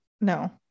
No